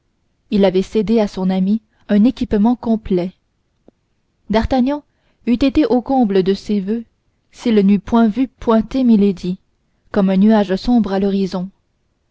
il avait cédé à son ami un équipement complet d'artagnan eût été au comble de ses voeux s'il n'eût point vu pointer milady comme un nuage sombre à l'horizon